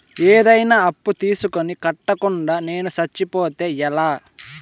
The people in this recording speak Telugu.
ఏదైనా అప్పు తీసుకొని కట్టకుండా నేను సచ్చిపోతే ఎలా